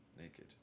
naked